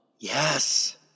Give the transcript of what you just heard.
Yes